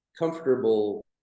comfortable